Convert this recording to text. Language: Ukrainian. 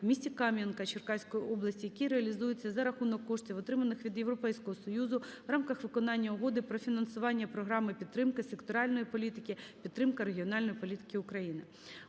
в місті Кам'янка, Черкаської області", який реалізується за рахунок коштів, отриманих від Європейського Союзу у рамках виконання Угоди про фінансування Програми підтримки секторальної політики – Підтримка регіональної політики України.